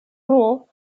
rule